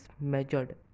measured